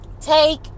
take